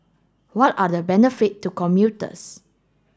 what are the benefit to commuters